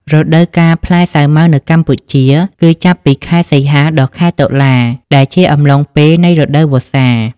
រដូវកាលផ្លែសាវម៉ាវនៅកម្ពុជា គឺចាប់ពី ខែសីហា ដល់ខែតុលា ដែលជាអំឡុងពេលនៃ រដូវវស្សា។